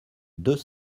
deux